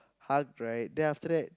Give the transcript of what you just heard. hugged right then after that